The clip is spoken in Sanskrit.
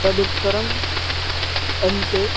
तदुत्तरम् अन्ते